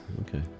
Okay